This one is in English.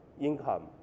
income